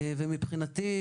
מבחינתי,